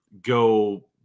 go